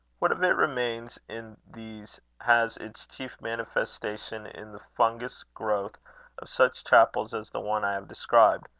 what of it remains in these, has its chief manifestation in the fungous growth of such chapels as the one i have described,